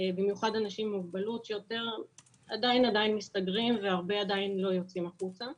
במיוחד אנשים עם מוגבלות שעדיין מסתגרים ולא יוצאים החוצה,